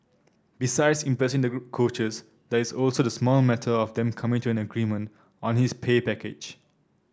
besides impressing the coaches there is also the small matter of them coming to an agreement on his pay package